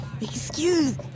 Excuse